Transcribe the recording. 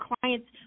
clients